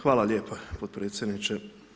Hvala lijepo potpredsjedniče.